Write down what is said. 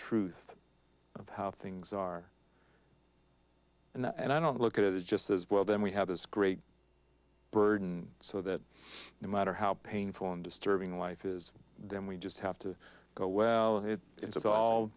truth of how things are and that and i don't look at this just as well then we have this great burden so that no matter how painful and disturbing life is then we just have to go well it's all